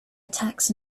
attacks